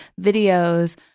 videos